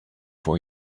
for